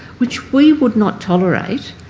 which we would not tolerate